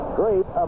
great